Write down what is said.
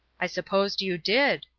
i supposed you did,